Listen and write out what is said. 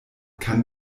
kann